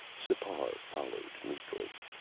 sipar followed meekly.